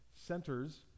centers